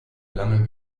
lange